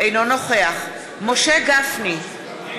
אינו נוכח משה גפני,